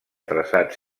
traçat